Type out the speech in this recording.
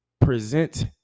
present